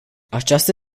această